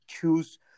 choose